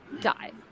die